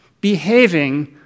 behaving